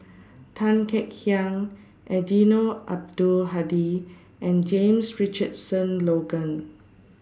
Tan Kek Hiang Eddino Abdul Hadi and James Richardson Logan